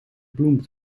bloem